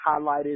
highlighted